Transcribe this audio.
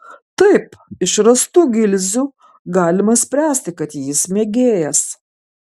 taip iš rastų gilzių galima spręsti kad jis mėgėjas